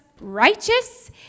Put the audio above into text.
righteous